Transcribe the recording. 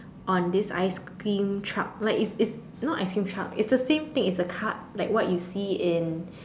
on this ice cream truck like it's it's not ice cream truck it's the same thing it's a cart like what you see in